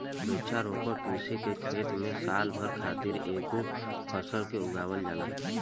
वृक्षारोपण कृषि के खेत में साल भर खातिर एकेगो फसल के उगावल जाला